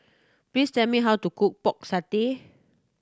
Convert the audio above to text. please tell me how to cook Pork Satay